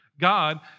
God